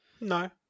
No